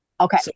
Okay